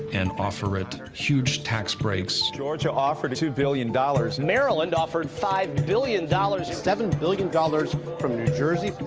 and offer it huge tax breaks. georgia offered two billion dollars. maryland offered five billion dollars. seven billion dollars from new jersey.